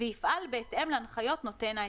ויפעל בהתאם להנחיות נותן ההיתר,